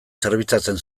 zerbitzatzen